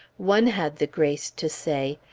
one had the grace to say,